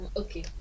okay